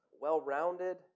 well-rounded